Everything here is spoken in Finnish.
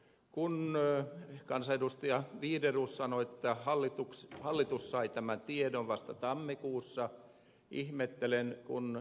kun kansanedustaja wideroos sanoi että hallitus sai tämän tiedon vasta tammikuussa ihmettelen kun ed